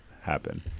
happen